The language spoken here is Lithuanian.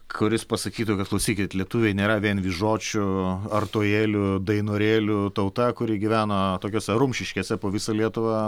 kuris pasakytų kad klausykit lietuviai nėra vien vyžočių artojėlių dainorėlių tauta kuri gyvena tokiose rumšiškėse po visą lietuvą